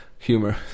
Humor